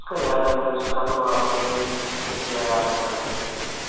उसका ज़्यादा नही है उसका तो आप पर ग्यारह हजार रुपये लगेंगे